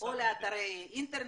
או לאתרי אינטרנט,